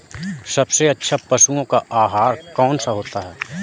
सबसे अच्छा पशुओं का आहार कौन सा होता है?